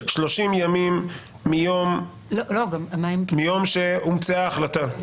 30 ימים מיום שהומצאה ההחלטה.